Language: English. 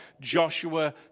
Joshua